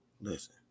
listen